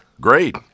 Great